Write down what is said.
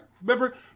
Remember